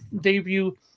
debut